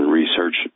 research